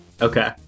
Okay